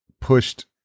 pushed